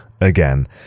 again